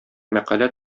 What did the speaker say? мәкалә